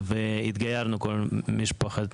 התגיירנו כל המשפחה.